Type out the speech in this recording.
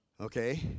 Okay